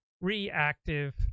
reactive